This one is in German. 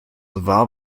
war